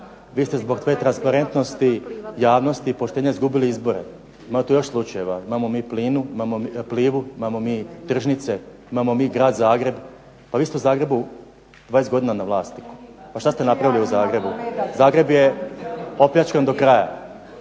Vi ste zbog te transparentnosti, javnosti i poštenja izgubili izbore. Ima tu još slučajeva. Imamo mi Plivu, imamo mi tržnice, imamo mi grad Zagreb. Pa vi ste u Zagrebu 20 godina na vlasti? Pa šta ste napravili u Zagrebu? Zagreb je opljačkan do kraja.